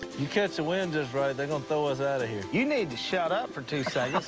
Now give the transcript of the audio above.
you catch the wind just right, they're gonna throw us outta here. you need to shut up for two seconds.